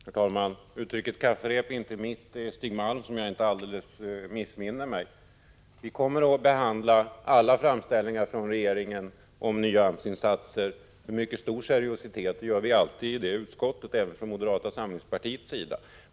Herr talman! Uttrycket ”kafferep” är inte mitt — det är Stig Malms, om jag inte alldeles missminner mig. Vi kommer att behandla alla framställningar från regeringen om nya AMS-insatser mycket seriöst — det gör vi alltid i arbetsmarknadsutskottet, även från moderata samlingspartiets sida.